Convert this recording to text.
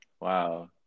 Wow